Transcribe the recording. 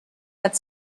had